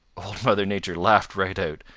old mother nature laughed right out.